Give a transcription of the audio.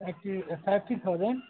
فٹی fifty thousand